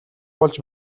болж